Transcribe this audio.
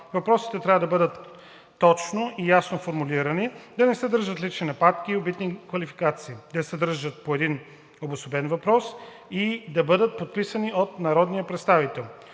Въпросите трябва да бъдат точно и ясно формулирани, да не съдържат лични нападки и обидни квалификации, да съдържат по един обособен въпрос и да бъдат подписани от народния представител.